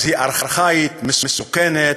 אז היא ארכאית, מסוכנת,